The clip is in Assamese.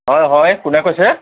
অ' হয় কোনে কৈছে